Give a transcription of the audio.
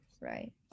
right